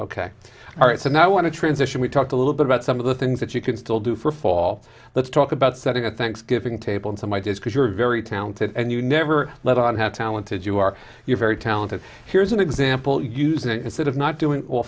ok all right so now i want to transition we talk a little bit about some of the things that you can still do for fall let's talk about setting a thanksgiving table and some ideas because you're very talented and you never let on have talented you are you very talented here's an example usenet is that of not doing